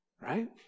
right